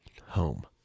home